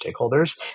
stakeholders